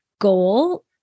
goal